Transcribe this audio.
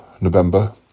November